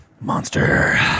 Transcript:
Monster